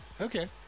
Okay